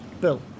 Bill